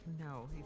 No